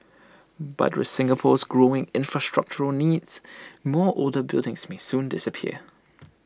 but with Singapore's growing infrastructural needs more older buildings may soon disappear